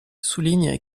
soulignent